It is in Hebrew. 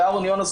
ואהרון יונה,